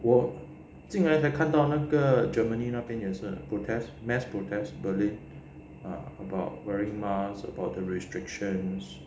我竟然还看到那个 germany 那边也是 protest mass protest ah about wearing masks about the restrictions